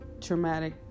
traumatic